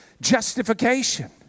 justification